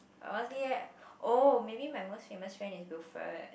honestly eh oh maybe my most famous friend is Wilfred